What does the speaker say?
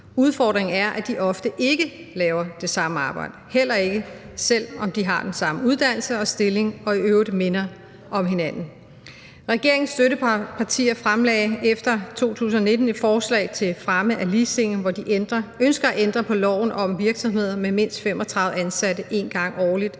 Udfordringen er, at de ofte ikke laver det samme arbejde, heller ikke selv om de har den samme uddannelse og stilling og i øvrigt minder om hinanden. Regeringens støttepartier fremlagde efter 2019 et forslag til fremme af ligestilling, hvor de ønsker at ændre på loven om, at virksomheder med mindst 35 ansatte en gang årligt